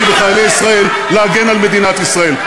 וחיילי ישראל להגן על מדינת ישראל.